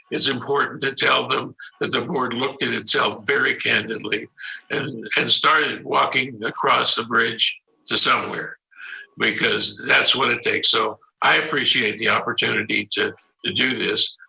is important to tell them that the court looked at itself very candidly and and started walking across the bridge to somewhere because that's what it takes. so i appreciate the opportunity to to do this.